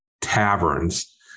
taverns